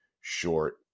short